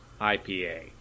IPA